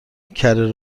کره